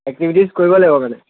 activities কৰিব লাগিব মানে